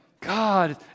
God